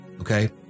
okay